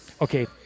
okay